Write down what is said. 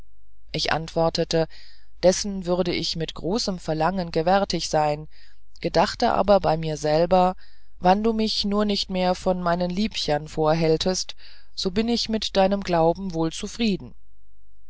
ich antwortete dessen würde ich mit großem verlangen gewärtig sein gedachte aber bei mir selber wann du mir nur nichts mehr von meinen liebchern vorhältest so bin ich mit deinem glauben wohl zufrieden